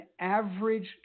average